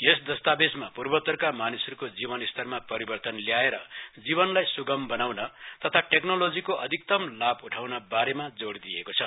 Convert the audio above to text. यस दस्तावेजमा पूर्वोतरका मानिसहरूको जीवनस्तरमा परिवतन ल्याएर जीवनलाई सुगम बनाउन तथा टेक्नोलोजीको अधिकतम लाभ उठाउन बारेमा जोड़ दिएको छ